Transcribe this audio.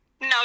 No